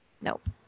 Nope